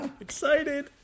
Excited